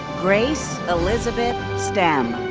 grace elizabeth stem.